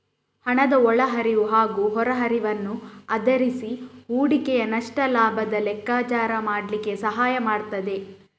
ಹಣದ ಒಳ ಹರಿವು ಹಾಗೂ ಹೊರ ಹರಿವನ್ನು ಆಧರಿಸಿ ಹೂಡಿಕೆಯ ನಷ್ಟ ಲಾಭದ ಲೆಕ್ಕಾಚಾರ ಮಾಡ್ಲಿಕ್ಕೆ ಸಹಾಯ ಮಾಡ್ತದೆ